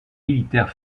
militaires